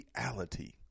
reality